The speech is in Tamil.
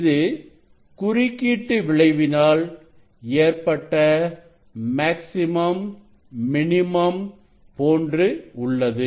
இது குறுக்கீட்டு விளைவினால் ஏற்பட்ட மேக்ஸிமம் மினிமம் போன்று உள்ளது